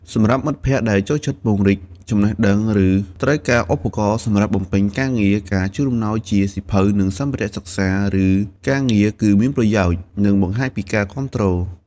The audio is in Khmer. សម្រាប់មិត្តភក្តិដែលចូលចិត្តពង្រីកចំណេះដឹង ឬត្រូវការឧបករណ៍សម្រាប់បំពេញការងារ ការជូនអំណោយជា សៀវភៅ និងសម្ភារៈសិក្សា ឬការងារ គឺមានប្រយោជន៍ និងបង្ហាញពីការគាំទ្រ។